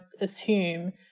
assume